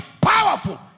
powerful